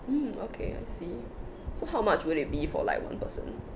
mm okay I see so how much will it be for like one person